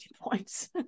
points